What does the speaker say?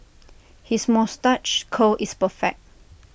his moustache curl is perfect